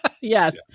Yes